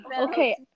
Okay